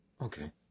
Okay